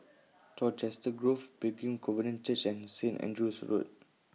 Colchester Grove Pilgrim Covenant Church and Saint Andrew's Road